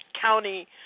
County